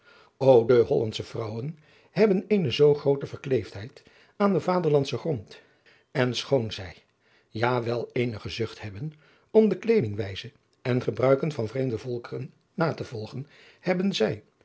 de hollandsche vrouwen hebben eene zoo groote verkleefdheid aan den vaderlandschen grond en schoon zij ja wel eenige zucht hebben om de kleedingwijze en gebruiken van vreemde volkeren na te volgen hebben zij